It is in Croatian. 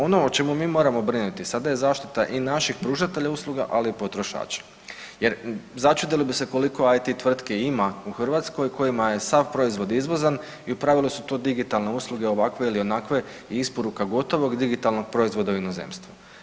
Ono o čemu mi moramo brinuti sada je zaštita i našeg pružatelja usluga, ali i potrošača jer začudili bi se koliko IT tvrtki ima u Hrvatskoj kojima je sav proizvod izvozan i u pravilu su to digitalne usluge ovakve ili onakve i isporuka gotovog digitalnog proizvoda u inozemstvo.